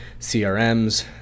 CRMs